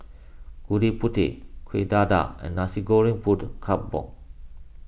Gudeg Putih Kueh Dadar and Nasi Goreng Kampung